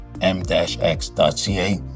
m-x.ca